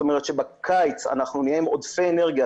שבקיץ נהיה עם עודפי אנרגיה.